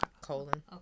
colon